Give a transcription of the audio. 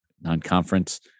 non-conference